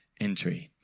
entry